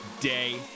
day